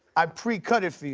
i precut it for you.